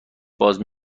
باز